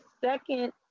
second